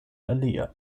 alia